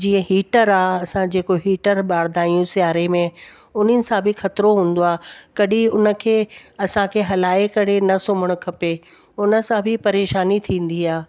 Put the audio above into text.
जीअं हीटर आहे असां जेको हीटर ॿारंदा आहियूं सिआरे में उन्हनि सां बि खतरो हूंदो आ कॾी उन खे असांखे हलाए करे न सुम्हणु खपे उन सां बि परेशानी थींदी आहे